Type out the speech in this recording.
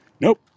Nope